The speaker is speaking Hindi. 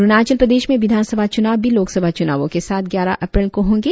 अरुणाचल प्रदेश में विधानसभा चुनाव भी लोकसभा चुनावों के साथ ग्यारह अप्रैल को होंगे